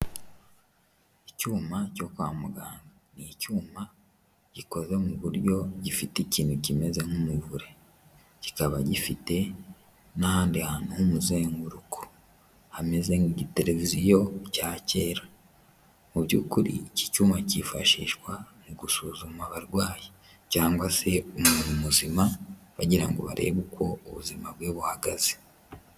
Icyuma cyo kwa muganga, ni icyuma gikoze mu buryo gifite ikintu kimeze nk'umuvure, kikaba gifite n'ahandi hantu h'umuzenguruko hameze nk'igitereviziyo cya kera. Mu by'ukuri iki cyuma cyifashishwa mu gusuzuma abarwayi cyangwa se umuntu muzima bagira ngo barebe uko ubuzima bwe buhagaze.